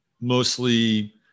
mostly